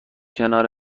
کنار